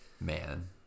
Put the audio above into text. man